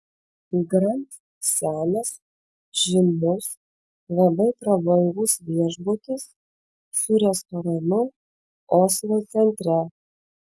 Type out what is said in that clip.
grand senas žymus labai prabangus viešbutis su restoranu oslo centre